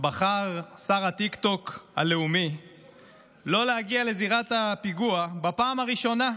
בחר שר הטיקטוק הלאומי לא להגיע לזירת הפיגוע בפעם הראשונה,